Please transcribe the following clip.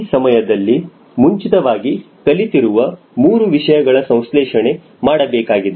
ಈ ಸಮಯದಲ್ಲಿ ಮುಂಚಿತವಾಗಿ ಕಲಿತಿರುವ 3 ವಿಷಯಗಳ ಸಂಸ್ಲೇಷಣೆ ಮಾಡಬೇಕಾಗಿದೆ